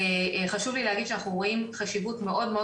חשוב לי להגיד שאנחנו רואים חשיבות מאוד מאוד